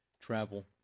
travel